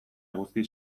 eguzki